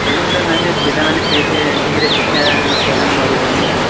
ସ୍କୁଲଟା ମାନେ ପିଲାମାନେ ଠିକରେ ଠିକରେ ଶିକ୍ଷା ପ୍ରଦାନ କରି ହେଉନି ନା